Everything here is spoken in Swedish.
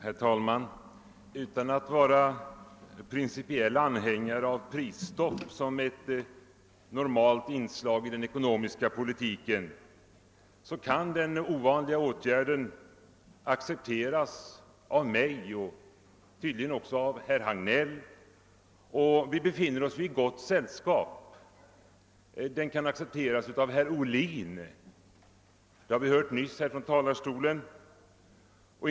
Herr talman! Utan att vara principiell anhängare av prisstopp som ett normalt inslag i den ekonomiska politiken vill jag säga att den ovanliga åtgärden kan accepteras av mig och även av herr Hagnell och att vi tydligen befinner oss i gott sällskap. Prisstoppet kan accepteras även av herr Ohlin — det har vi hört nyss här från talarstolen.